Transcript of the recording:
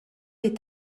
est